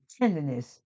tenderness